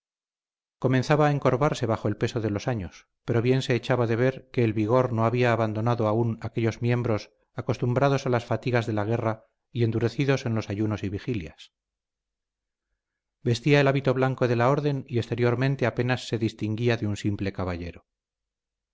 comenzaba a encorvarse bajo el peso de los años pero bien se echaba de ver que el vigor no había abandonado aún aquellos miembros acostumbrados a las fatigas de la guerra y endurecidos en los ayunos y vigilias vestía el hábito blanco de la orden y exteriormente apenas se distinguía de un simple caballero